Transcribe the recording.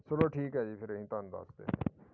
ਚਲੋ ਠੀਕ ਹੈ ਜੀ ਫਿਰ ਅਸੀਂ ਤੁਹਾਨੂੰ ਦੱਸਦੇ ਹਾਂ